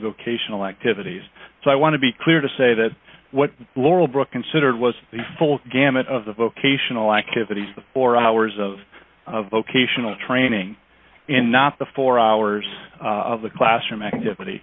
of cation elective adiz so i want to be clear to say that what laurel brook considered was the full gamut of the vocational activities the four hours of vocational training and not the four hours of the classroom activity